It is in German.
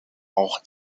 auch